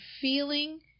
feeling